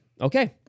okay